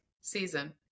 season